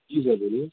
جی sir بولیے